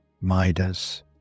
Midas